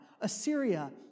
Assyria